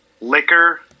Liquor